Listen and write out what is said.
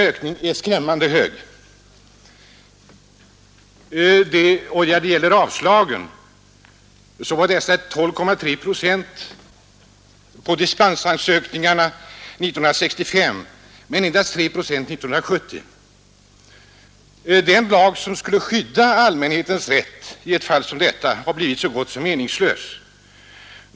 Ökningen är skrämmande stor. Antalet avslagna dispensansökningar var 12,3 procent 1965 men endast 3 procent 1970. Den lag som skulle skydda allmänhetens rätt i ett fall som detta har blivit så gott som meningslös.